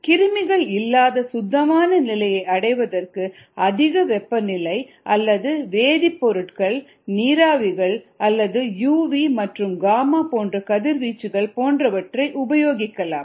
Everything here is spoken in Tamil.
கிருமிகள் இல்லாத சுத்தமான நிலையை அடைவதற்கு அதிக வெப்பநிலை அல்லது வேதிப்பொருட்கள் நீராவிகள் அல்லது யு வி மற்றும் காமா போன்ற கதிர்வீச்சுகள் போன்றவற்றை உபயோகிக்கலாம்